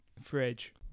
fridge